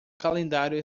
calendário